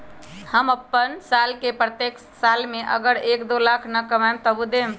हम अपन साल के प्रत्येक साल मे अगर एक, दो लाख न कमाये तवु देम?